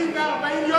40 ו-40 יום,